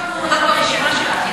יש לך מועמדות ברשימה שלך,